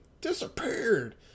disappeared